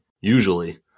usually